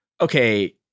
okay